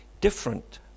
different